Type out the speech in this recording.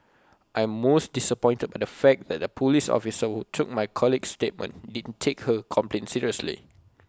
I'm most disappointed by the fact that the Police officer who took my colleague's statement didn't take her complaint seriously